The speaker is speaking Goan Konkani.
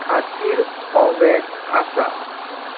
खातीर अवैध आसा